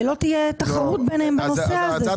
ולא תהיה תחרות ביניהם בנושא הזה.